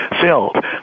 filled